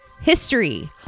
history